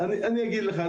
אני אגיד לך,